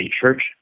church